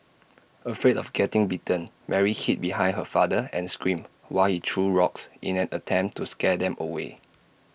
afraid of getting bitten Mary hid behind her father and screamed while threw rocks in an attempt to scare them away